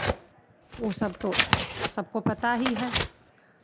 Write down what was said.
वो सब तो सबको पता ही है